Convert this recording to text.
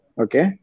okay